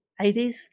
80s